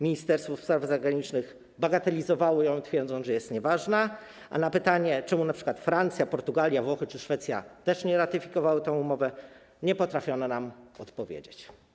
Ministerstwo Spraw Zagranicznych bagatelizowało ją, twierdząc, że jest ona nieważna, a na pytanie, czemu np. Francja, Portugalia, Włochy czy Szwecja też nie ratyfikowały tej umowy, nie potrafiono nam odpowiedzieć.